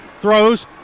throws